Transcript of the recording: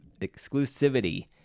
exclusivity